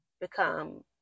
become